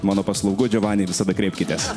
mano paslaugų jovani visada kreipkitės